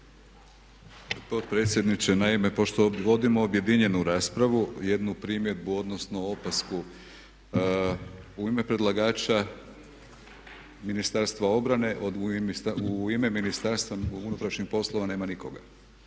Potpredsjedniče, naime pošto vodimo objedinjenu raspravu jednu primjedbu odnosno opasku. U ime predlagača Ministarstva obrane, u ime Ministarstva unutarnjih poslova nema nikoga.